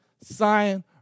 sign